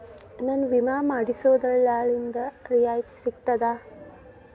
ನನ್ನ ವಿಮಾ ಮಾಡಿಸೊ ದಲ್ಲಾಳಿಂದ ರಿಯಾಯಿತಿ ಸಿಗ್ತದಾ?